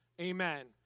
Amen